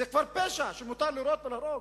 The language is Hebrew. זה כבר פשע שמותר לירות ולהרוג.